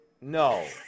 No